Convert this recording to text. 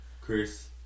Chris